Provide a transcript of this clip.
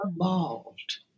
evolved